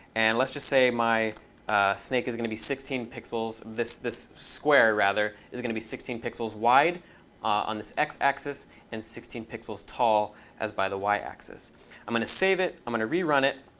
and let's just say my snake is going to be sixteen pixels this this square, rather, is going to be sixteen pixels wide on this x-axis and sixteen pixels tall as by the y-axis. i'm going to save it. i'm going to rerun it.